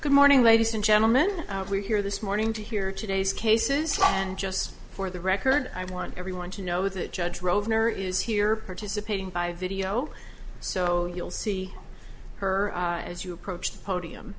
good morning ladies and gentlemen we are here this morning to hear today's cases and just for the record i want everyone to know that judge rove inner is here participating by video so you'll see her as you approach the podium